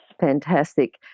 Fantastic